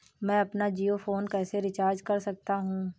मैं अपना जियो फोन कैसे रिचार्ज कर सकता हूँ?